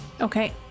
Okay